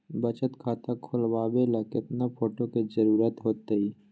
बचत खाता खोलबाबे ला केतना फोटो के जरूरत होतई?